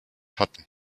hatten